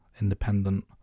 independent